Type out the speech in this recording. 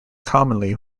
commonly